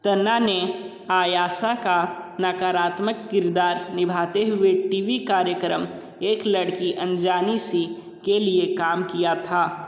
तन्ना ने आईशा का नकारात्मक किरदार निभाते हुए टी वी कार्यक्रम एक लड़की अनजानी सी के लिए काम किया था